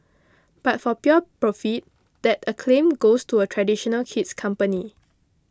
but for pure profit that acclaim goes to a traditional kid's company